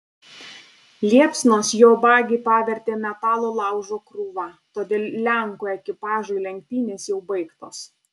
liepsnos jo bagį pavertė metalo laužo krūva todėl lenkų ekipažui lenktynės jau baigtos